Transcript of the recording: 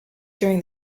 during